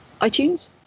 iTunes